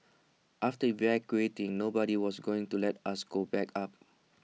after evacuating nobody was going to let us go back up